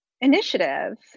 initiative